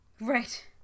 Right